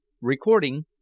Recording